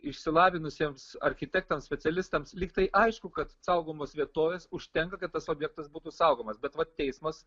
išsilavinusiems architektams specialistams lyg tai aišku kad saugomos vietovės užtenka kad tas objektas būtų saugomas bet va teismas